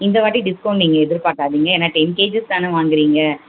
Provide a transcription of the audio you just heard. இந்தவாட்டி டிஸ்கவுண்ட் நீங்கள் எதிர்பார்க்காதீங்க ஏன்னால் டென் கேஜஸ் தானே வாங்குகிறீங்க